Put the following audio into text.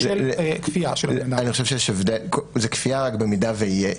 של כפייה --- זה כפייה רק במידה שיהיה.